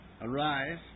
Arise